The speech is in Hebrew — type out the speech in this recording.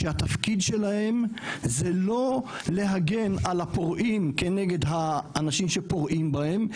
שהתפקיד שלהם זה לא להגן על הפורעים כנגד האנשים שפורעים בהם,